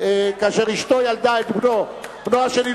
כאשר אשתו ילדה את בנו, בנו השני.